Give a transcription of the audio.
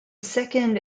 second